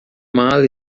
mala